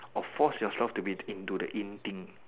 or force yourself to be into the in thing